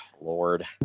Lord